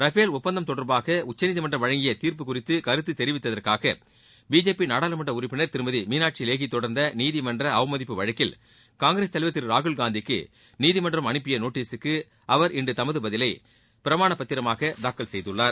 Rafale ஒப்பந்தம் தொடர்பாக உச்சநீதிமன்றம் வழங்கிய தீர்ப்பு குறித்து கருத்து தெரிவித்ததற்காக பிஜேபி நாடாளுமன்ற உறுப்பினர் திருமதி மீனாட்சி லேகி தொடர்ந்த நீதிமன்ற அவமதிப்பு வழக்கில் காங்கிரஸ் தலைவர் திரு ராகுல்காந்திக்கு நீதிமன்றம் அனுப்பிய நோட்டீசுக்கு அவர் இன்று தமது பதிலை பிரமாண பத்திரமாக தாக்கல் செய்துள்ளார்